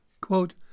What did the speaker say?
Quote